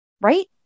Right